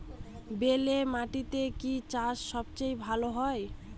বেলে মাটিতে কি চাষ সবচেয়ে ভালো হয়?